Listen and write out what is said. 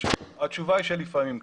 התשובה היא שלפעמים כן.